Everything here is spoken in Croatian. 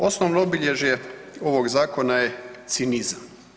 Osnovno obilježje ovog zakona je cinizam.